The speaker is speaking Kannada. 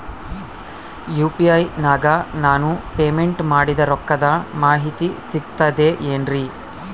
ಯು.ಪಿ.ಐ ನಾಗ ನಾನು ಪೇಮೆಂಟ್ ಮಾಡಿದ ರೊಕ್ಕದ ಮಾಹಿತಿ ಸಿಕ್ತದೆ ಏನ್ರಿ?